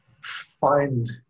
find